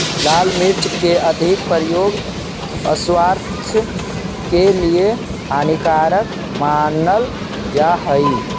लाल मिर्च के अधिक प्रयोग स्वास्थ्य के लिए हानिकारक मानल जा हइ